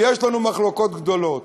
ויש לנו מחלוקות גדולות.